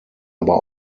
aber